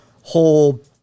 whole